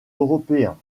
européen